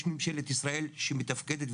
יש ממשלת ישראל שמתפקדת,